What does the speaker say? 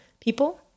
people